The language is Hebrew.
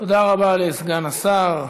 תודה רבה לסגן השר.